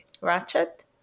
Ratchet